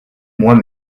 moi